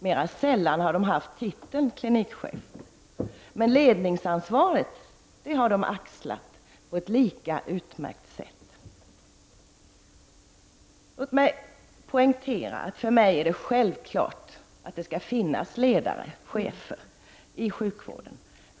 Mera sällan har de haft titeln klinikchef, men ledningsansvaret har de axlat på ett lika utmärkt sätt. Låt mig poängtera att det för mig är självklart att det skall finnas ledare/- chefer i sjukvården.